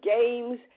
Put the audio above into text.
games